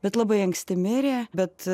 bet labai anksti mirė bet